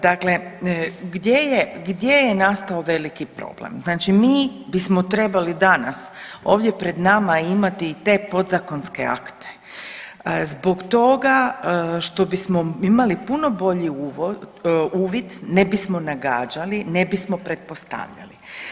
Dakle, gdje je, gdje je nastao veliki problem, znači mi bismo trebali danas ovdje pred nama imati i te podzakonske akte zbog toga što bismo imali puno bolji uvid, ne bismo nagađali i ne bismo pretpostavljali.